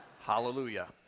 Hallelujah